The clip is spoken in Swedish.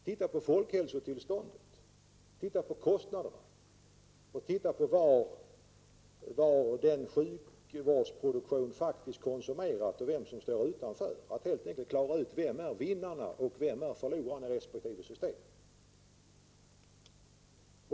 Titta på folkhälsotillståndet, på kostnaderna, på var sjukvårdsproduktionen konsumeras och på vem som står utanför! Det måste klaras ut vilka som är vinnare och vilka som är förlorare i resp. system.